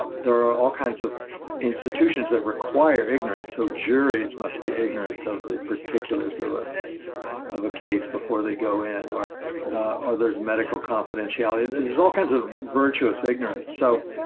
ah there are all kinds of institutions that require ignorance. so juries must be ignorant of the particulars of ah of a case before they go in, or or there's medical confidentiality. there's there's all kinds of virtuous ignorance. so